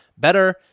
Better